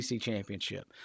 championship